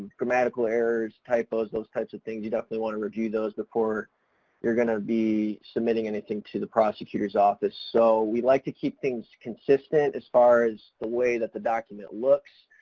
grammatical errors, typos, those types of things you definitely want to review those before you're going to be submitting anything to the prosecutor's office. so we like to keep things consistent as far as the way that the document looks,